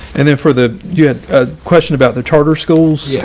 and then for the you had a question about the charter schools. yeah